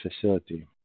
facility